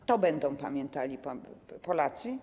O tym będą pamiętali Polacy.